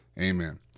Amen